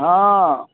हँ